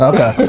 Okay